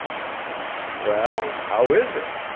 well, how is it?